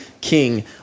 king